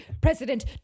president